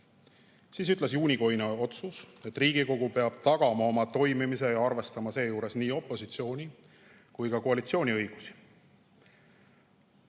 siis ütles juunikuine otsus, et Riigikogu peab tagama oma toimimise ja arvestama seejuures nii opositsiooni kui ka koalitsiooni õigusi.